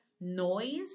noise